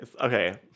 Okay